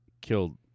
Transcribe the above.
killed